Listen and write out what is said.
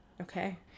Okay